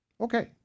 Okay